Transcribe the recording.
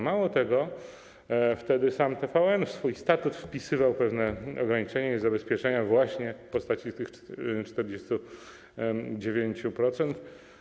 Mało tego, wtedy sam TVN w swój statut wpisywał pewne ograniczenia i zabezpieczenia właśnie w postaci tych 49%.